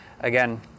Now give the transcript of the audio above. Again